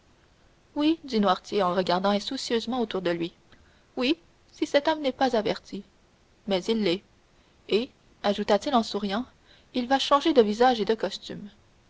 oui dit noirtier en regardant insoucieusement autour de lui oui si cet homme n'est pas averti mais il l'est et ajouta-t-il en souriant il va changer de visage et de costume